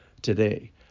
Today